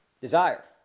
Desire